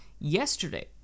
yesterday